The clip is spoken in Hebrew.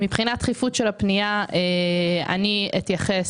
מבחינת דחיפות של הפנייה, אני אתייחס